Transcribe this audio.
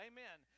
Amen